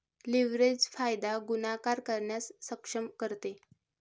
leverage फायदा गुणाकार करण्यास सक्षम करते